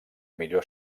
millor